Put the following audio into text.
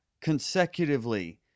consecutively